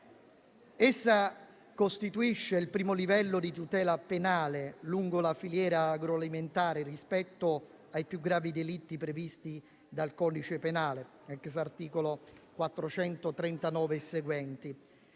Essa costituisce il primo livello di tutela penale lungo la filiera agroalimentare rispetto ai più gravi delitti previsti dal codice penale, *ex* articolo 439 e seguenti,